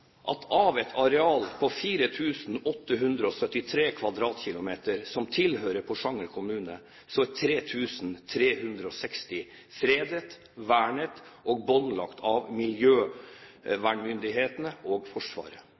at av et areal på 4 873 km2 som tilhører Porsanger kommune, er 3 360 km2 fredet/vernet og båndlagt av miljøvernmyndighetene og Forsvaret.